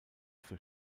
für